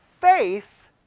faith